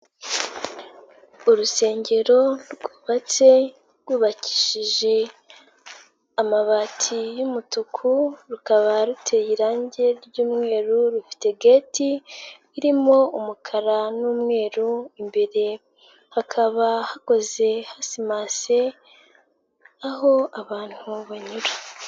Urusengero rwubatse rwubakishije amabati y'umutuku, rukaba ruteye irange ry'umweru, rufite gati irimo umukara n'umweru, imbere hakaba hakoze hasimase aho abantu banyura.